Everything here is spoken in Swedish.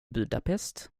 budapest